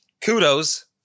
kudos